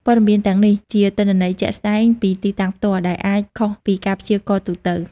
ព័ត៌មានទាំងនេះជាទិន្នន័យជាក់ស្តែងពីទីតាំងផ្ទាល់ ដែលអាចខុសពីការព្យាករណ៍ទូទៅ។